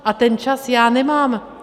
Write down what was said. A ten čas já nemám.